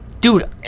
Dude